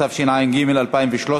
התשע"ג 2013,